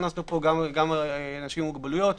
הכנסנו פה גם אנשים עם מוגבלויות,